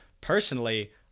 personally